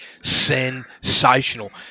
sensational